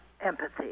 empathy